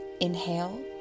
Inhale